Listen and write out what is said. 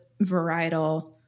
varietal